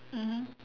mmhmm